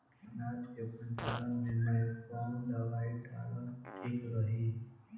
अनाज के भंडारन मैं कवन दवाई डालल ठीक रही?